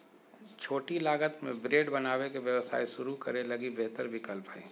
छोटी लागत में ब्रेड बनावे के व्यवसाय शुरू करे लगी बेहतर विकल्प हइ